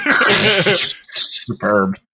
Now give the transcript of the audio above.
Superb